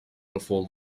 before